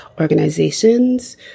organizations